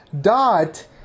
dot